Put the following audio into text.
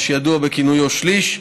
מה שידוע בכינויו "שליש",